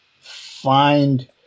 find